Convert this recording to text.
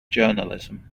journalism